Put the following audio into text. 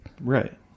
right